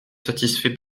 satisfaits